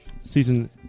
season